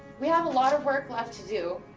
we have a lot of work left to do,